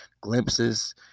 glimpses